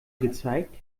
gezeigt